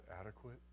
adequate